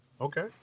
Okay